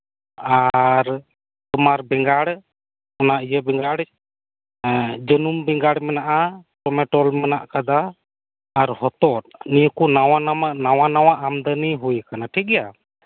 ᱟᱨ ᱛᱚᱢᱟᱨ ᱵᱮᱸᱜᱟᱲ ᱚᱱᱟ ᱤᱭᱟᱹ ᱵᱮᱸᱜᱟᱲᱡᱟᱹᱱᱩᱢ ᱵᱮᱸᱜᱟᱲ ᱢᱮᱱᱟᱜ ᱟ ᱴᱚᱢᱮᱴᱚᱞ ᱢᱮᱱᱟᱜ ᱟᱠᱟᱫᱟ ᱟᱨ ᱦᱚᱛᱚᱫ ᱱᱤᱭᱟᱹ ᱠᱩ ᱱᱟᱣᱟ ᱱᱟᱣᱟ ᱟᱢᱫᱟᱱᱤ ᱦᱩᱭ ᱟᱠᱟᱱᱟ ᱴᱷᱤᱠ ᱜᱮᱭᱟ